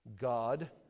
God